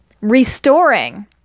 restoring